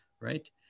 right